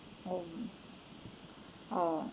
oh oh